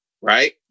right